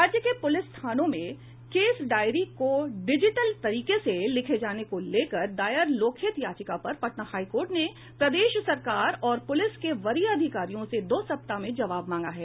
राज्य के पूलिस थानों में केस डायरी को डिजिटल तरीके से लिखे जाने को लेकर दायर लोकहित याचिका पर पटना हाईकोर्ट ने प्रदेश सरकार और प्रलिस के वरीय अधिकारियों से दो सप्ताह में जवाब मांगा है